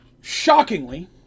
Shockingly